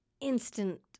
instant